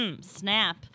Snap